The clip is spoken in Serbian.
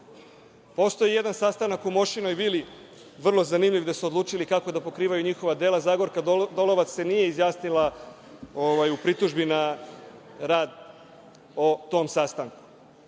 Postoji jedan sastanak u Mošinoj vili, vrlo zanimljiv gde su odlučili kako da pokrivaju njihova dela. Zagorka Dolovac se nije izjasnila u pritužbi na rad o tom sastanku.